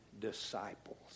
disciples